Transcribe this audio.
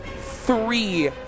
three